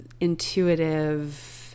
intuitive